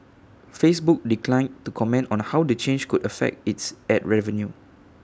Facebook declined to comment on how the change could affect its Ad revenue